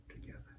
together